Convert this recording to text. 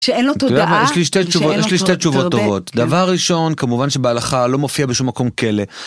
יש לי שתי תשובות טובות, דבר ראשון כמובן שבהלכה לא מופיע בשום מקום כלא